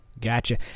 Gotcha